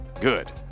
Good